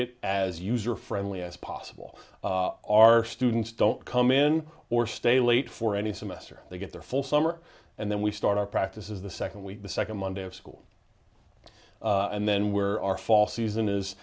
it as user friendly as possible our students don't come in or stay late for any semester they get their full summer and then we start our practice is the second week the second monday of school and then where our fall season is